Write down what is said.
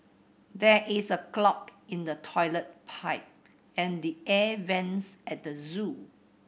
there is a clog in the toilet pipe and the air vents at the zoo